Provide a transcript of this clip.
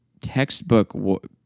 textbook